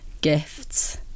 gifts